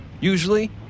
usually